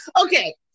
Okay